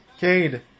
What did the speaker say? Cade